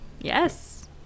Yes